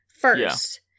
first